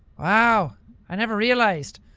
wow. i never realized.